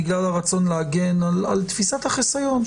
בגלל הרצון להגן על תפיסת החיסיון,